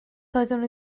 doeddwn